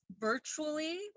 virtually